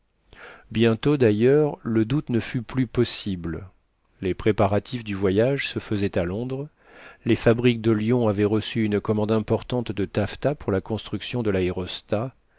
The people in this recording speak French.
bientôt d'ailleurs le doute ne fut plus possible les préparatifs du voyage se faisaient à londres les fabriques de lyon avaient reçu une commande importante de taffetas pour la construction de l'aérostat